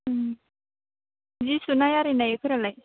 जि सुनाय आरिनायफोरालाय